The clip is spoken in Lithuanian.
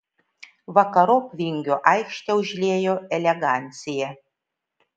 vakarop vingio aikštę užliejo elegancija